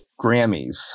Grammys